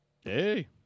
hey